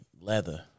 leather